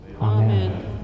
Amen